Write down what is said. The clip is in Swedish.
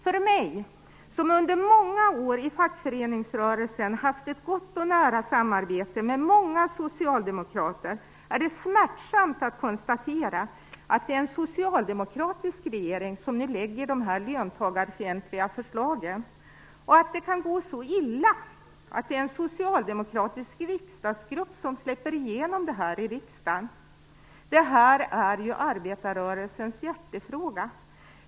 För mig, som under många år i fackföreningsrörelsen haft ett gott och nära samarbete med många socialdemokrater, är det smärtsamt att konstatera att det är en socialdemokratisk regering som nu lägger fram dessa löntagarfientliga förslag och att det kan gå så illa att det är en socialdemokratisk riksdagsgrupp som släpper igenom det här i riksdagen. Det här är ju arbetarrörelsens hjärtefråga.